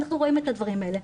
אנחנו רואים את הדברים האלה.